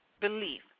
Belief